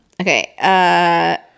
Okay